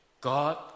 God